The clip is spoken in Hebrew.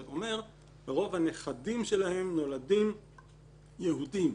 זה אומר רוב הנכדים שלהן נולדים יהודים.